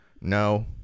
No